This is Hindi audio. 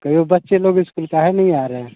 कइयो बच्चे लोग इस्कूल काहे नहीं आ रहे हैं